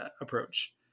approach